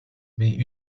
mais